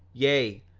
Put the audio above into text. yea,